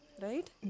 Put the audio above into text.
Right